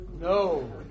No